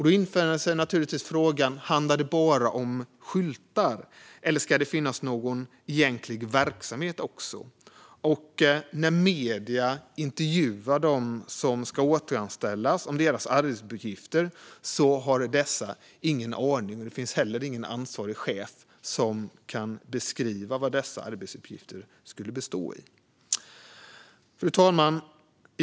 Då infinner sig naturligtvis frågan: Handlar det bara om skyltar, eller ska det finnas någon egentlig verksamhet också? När medier intervjuar dem som ska återanställas om deras arbetsuppgifter har dessa ingen aning. Det finns heller ingen ansvarig chef som kan beskriva vad dessa arbetsuppgifter skulle bestå i. Fru talman!